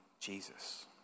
Jesus